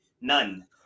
none